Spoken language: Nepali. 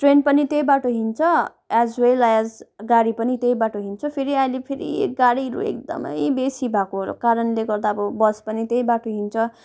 ट्रेन पनि त्यही बाटो हिँड्छ एस वेल एस गाडी पनि त्यही बाटो हिँड्छ फेरि अहिले फेरि गाडीहरू एकदमै बेसी भएको कारणले गर्दा अब बस पनि त्यही बाटो हिन्छ